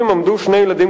רגע, שנייה.